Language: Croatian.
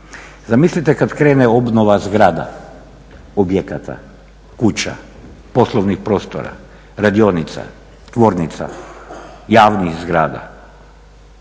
Zamislite kad krene obnova zgrada, objekata, kuća, poslovnih prostora, radionica, tvornica, javnih zgrada.